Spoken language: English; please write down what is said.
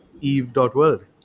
Eve.world